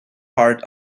part